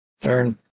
turn